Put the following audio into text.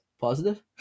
Positive